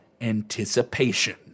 anticipation